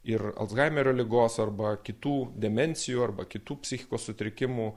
ir alzhaimerio ligos arba kitų demencijų arba kitų psichikos sutrikimų